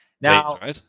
Now